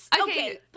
Okay